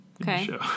Okay